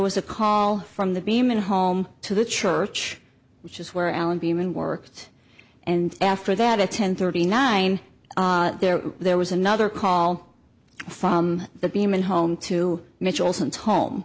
was a call from the beam and home to the church which is where allan being worked and after that at ten thirty nine there there was another call from the beam and home to mitchell since home